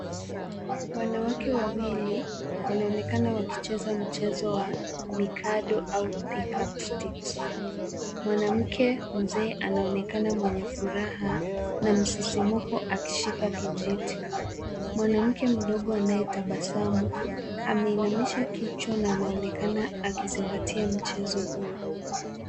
Wanawake wawili wanaonekana wakicheza mchezo wa mikado au pickup sticks . Mwanamke mzee anaonekana mwenye furaha na msisimko akishika kijiti. Mwanamke mdogo anayetabasamu ameinamisha kichwa na anaonekana akizingatia mchezo huo.